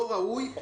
לא ראוי,